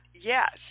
yes